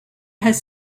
has